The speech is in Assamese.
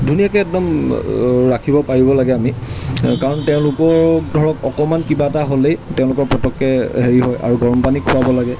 ধুনীয়াকৈ একদম ৰাখিব পাৰিব লাগে আমি কাৰণ তেওঁলোকৰ ধৰক অকণমান কিবা এটা হ'লেই তেওঁলোকৰ পতককৈ হেৰি হয় আৰু গৰম পানী খুৱাব লাগে